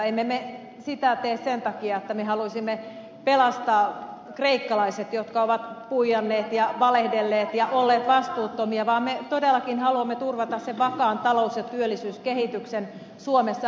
emme me sitä tee sen takia että me haluaisimme pelastaa kreikkalaiset jotka ovat huijanneet ja valehdelleet ja olleet vastuuttomia vaan me todellakin haluamme turvata sen vakaan talous ja työllisyyskehityksen suomessa